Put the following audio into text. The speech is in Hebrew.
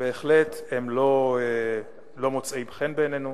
לא מוצאים חן בעינינו,